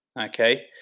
okay